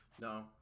No